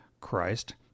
Christ